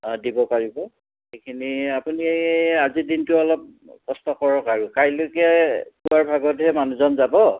দিব পাৰিব সেইখিনি আপুনি আজিৰ দিনটো অলপ কষ্ট কৰক আৰু কাইলৈকে পুৱাৰ ভাগতহে মানুহজন যাব